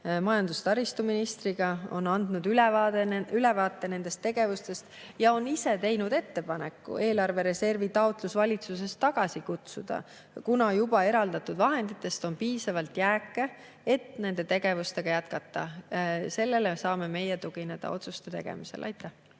majandus- ja taristuministriga, on andnud ülevaate nendest tegevustest ja on ise teinud ettepaneku eelarvereservitaotlus valitsusest tagasi kutsuda, kuna juba eraldatud vahenditest on veel piisavalt jääke alles, et tegevust jätkata. Sellele saame meie otsuste tegemisel